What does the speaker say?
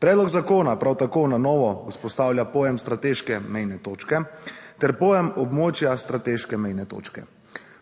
TRAK (VI) 12.20** (nadaljevanje) pojem strateške mejne točke. Ter pojem območja strateške mejne točke.